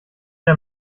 der